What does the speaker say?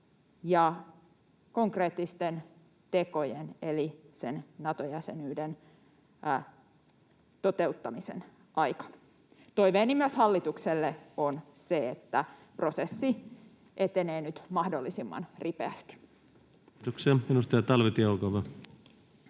ja konkreettisten tekojen eli sen Nato-jäsenyyden toteuttamisen aika. Toiveeni myös hallitukselle on se, että prosessi etenee nyt mahdollisimman ripeästi. Kiitoksia. — Edustaja Talvitie, olkaa hyvä.